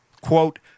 quote